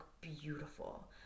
beautiful